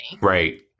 Right